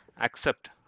accept